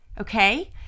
okay